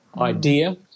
idea